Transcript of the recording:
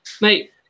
Mate